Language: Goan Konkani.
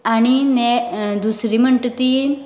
आनी हे दुसरी म्हणटा ती